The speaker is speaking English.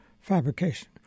fabrication